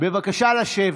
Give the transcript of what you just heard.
בבקשה לשבת.